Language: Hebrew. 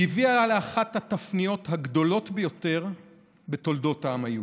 היא הביאה לאחת התפניות הגדולות ביותר בתולדות העם היהודי.